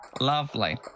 Lovely